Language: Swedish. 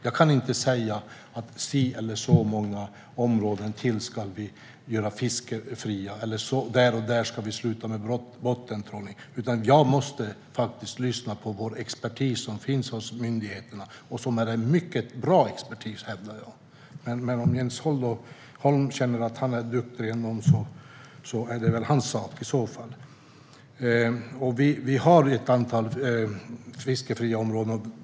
Jag kan inte säga att ytterligare si eller så många områden ska bli fiskefria eller att där och där ska man sluta med bottentrålning. Jag måste lyssna på den expertis som finns hos myndigheterna, och som är en mycket bra expertis, hävdar jag. Men om Jens Holm känner att han är duktigare är det väl i så fall hans sak.